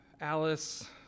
Alice